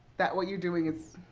that what you're doing is